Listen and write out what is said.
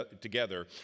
together